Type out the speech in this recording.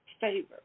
favor